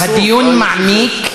הדיון מעמיק,